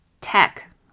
tech